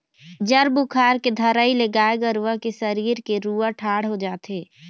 जर बुखार के धरई ले गाय गरुवा के सरीर के रूआँ ठाड़ हो जाथे